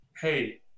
hey